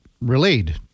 relayed